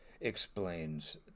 explains